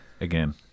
again